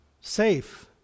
safe